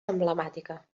emblemàtica